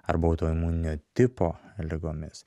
arba autoimuninio tipo ligomis